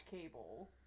cable